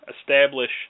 establish